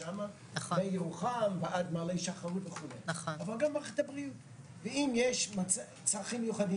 אבל גם מערכת הבריאות ואם יש צרכים מיוחדים